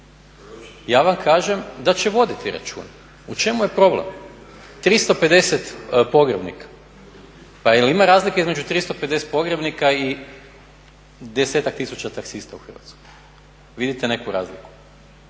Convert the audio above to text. Ja vam kažem da će voditi računa. U čemu je problem? 350 pogrebnika, pa jel ima razlike između 350 pogrebnika i 10-ak tisuća taksista u Hrvatskoj? Vidite neku razliku?